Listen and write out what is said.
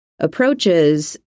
Approaches